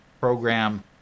program